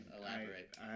elaborate